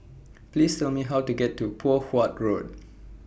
Please Tell Me How to get to Poh Huat Road